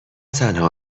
تنها